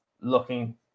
looking